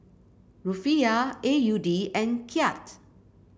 Rufiyaa A U D and Kyat